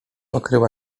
okryła